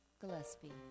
Gillespie